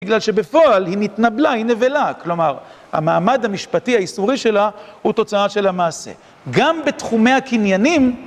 בגלל שבפועל היא נתנבלה, היא נבלה, כלומר, המעמד המשפטי היסטורי שלה הוא תוצאה של המעשה גם בתחומי הקניינים